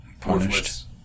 punished